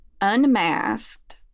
unmasked